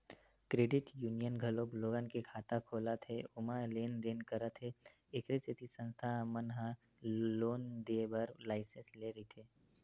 credit union घलोक लोगन के खाता खोलत हे ओमा लेन देन करत हे एखरे सेती संस्था मन ह लोन देय बर लाइसेंस लेय रहिथे